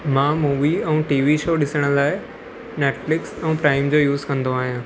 मां मूवी ऐं TV show ॾिसण लाइ नैटफ्लिक्स ऐं टाइम जो यूस कंदो आहियां